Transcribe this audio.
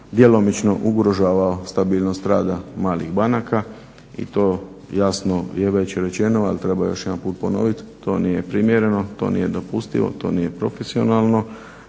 djelomično ugrožavao stabilnost rada malih banaka i to jasno je već rečeno. Ali treba još jedan put ponovit, to nije primjereno, to nije dopustivo, to nije profesionalno